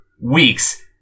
weeks